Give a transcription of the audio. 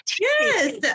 Yes